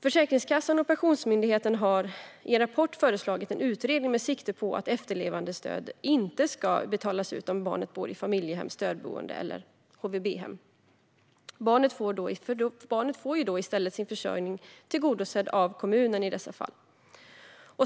Försäkringskassan och Pensionsmyndigheten har i en rapport föreslagit en utredning med sikte på att efterlevandestöd inte ska betalas ut om barnet bor i familjehem, stödboende eller HVB-hem. Barnet får i dessa fall i stället sin försörjning tillgodosedd av kommunen.